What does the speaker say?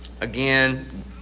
Again